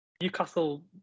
Newcastle